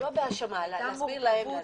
זאת לא האשמה אבל להסביר להם.